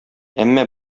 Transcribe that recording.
әмма